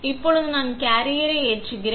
இப்போது நான் கேரியரை ஏற்றுகிறேன்